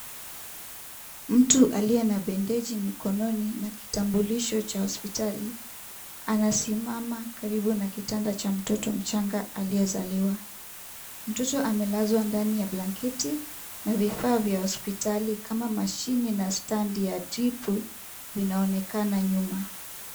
Mtu aliye na bendeji mkononi na kitambulisho cha hospitali anasimama karibu na kitanda cha mtoto mchanga aliyezaliwa. Mtoto amelazwa katika blanketi na mashine na standi ya jipu vinaonekana nyuma.